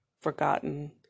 forgotten